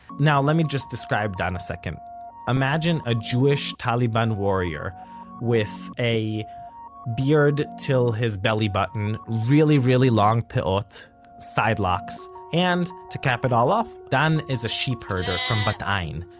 now let me just describe dan a second imagine a jewish taliban warrior with a beard till his belly button, really really long peot sidelocks, and, to cap it all off, dan is a sheepherder from like bat ayin,